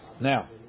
Now